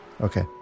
Okay